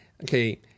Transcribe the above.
okay